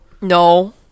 No